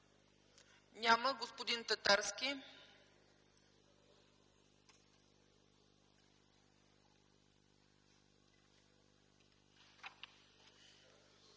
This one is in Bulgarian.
към господин Татарски?